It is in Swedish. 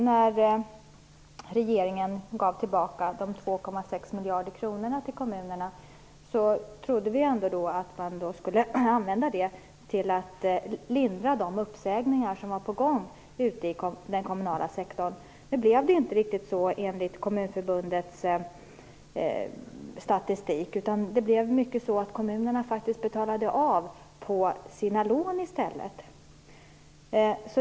När regeringen senast gav tillbaka de 2,6 miljarder kronorna till kommunerna trodde vi att de skulle användas till att lindra de uppsägningar som var på gång i den kommunala sektorn. Enligt Kommunförbundets statistik blev det inte riktigt så, utan kommunerna betalade i stället av sina lån.